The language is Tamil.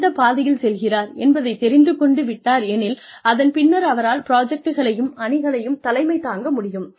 எந்த பாதையில் செல்கிறார் என்பதைத் தெரிந்து கொண்டு விட்டார் எனில் அதன் பின்னர் அவரால் புராஜெக்ட்களையும் அணிகளையும் தலைமை தாங்க முடியும்